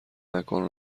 مکان